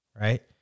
right